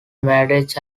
marriage